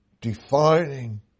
defining